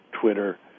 Twitter